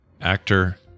Actor